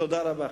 תודה רבה.